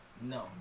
No